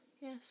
Yes